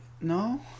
no